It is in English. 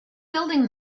building